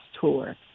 tour